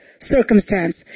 circumstance